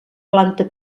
planta